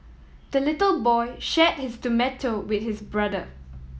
the little boy shared his tomato with his brother